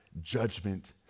judgment